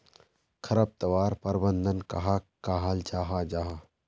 खरपतवार प्रबंधन कहाक कहाल जाहा जाहा?